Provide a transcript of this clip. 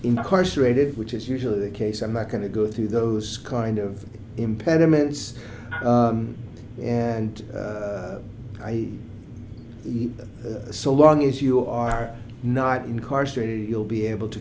incarcerated which is usually the case i'm not going to go through those kind of impediments and eat them so long as you are not incarcerated you'll be able to